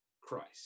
Christ